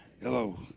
Hello